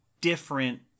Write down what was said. different